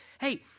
hey